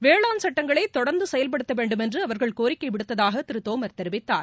வேளாண் சட்டங்களை தொடர்ந்து செயல்படுத்த வேண்டும் என்று அவர்கள் கோரிக்கை விடுத்ததாக திரு தோமர் தெரிவித்தார்